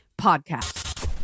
Podcast